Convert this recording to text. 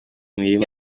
mirima